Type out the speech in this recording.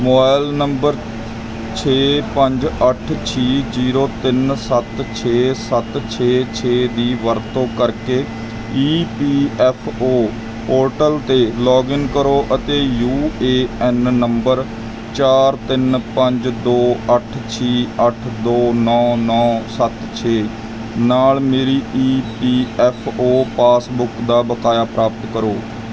mobile number ਛੇ ਪੰਜ ਅੱਠ ਛੇ ਜ਼ੀਰੋ ਤਿੰਨ ਸੱਤ ਛੇ ਸੱਤ ਛੇ ਛੇ ਦੀ ਵਰਤੋਂ ਕਰਕੇ E P F O portal 'ਤੇ ਲੌਗਇਨ ਕਰੋ ਅਤੇ ਯੂ ਏ ਐਨ ਨੰਬਰ ਚਾਰ ਤਿੰਨ ਪੰਜ ਦੋ ਅੱਠ ਛੇ ਅੱਠ ਦੋ ਨੌਂ ਨੌਂ ਸੱਤ ਛੇ ਨਾਲ ਮੇਰੀ E P F O passbook ਦਾ ਬਕਾਇਆ ਪ੍ਰਾਪਤ ਕਰੋ